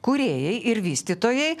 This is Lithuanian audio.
kūrėjai ir vystytojai